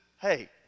hey